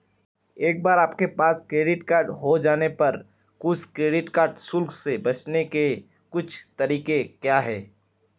एक बार आपके पास क्रेडिट कार्ड हो जाने पर कुछ क्रेडिट कार्ड शुल्क से बचने के कुछ तरीके क्या हैं?